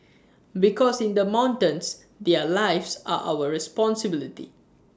because in the mountains their lives are our responsibility